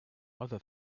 other